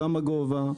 כמה גובה,